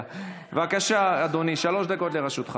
סלימאן מבקשת לעדכן את רשימת הדוברים במחשב בשביל שהיא תוכל לראות.